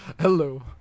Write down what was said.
Hello